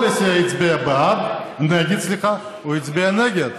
כל הסיעה הצביעה בעד, הוא הצביע נגד.